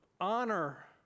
Honor